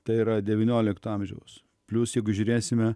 tai yra devyniolikto amžiaus plius jeigu žiūrėsime